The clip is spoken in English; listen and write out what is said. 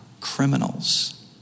criminals